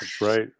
Right